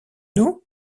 nous